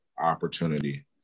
opportunity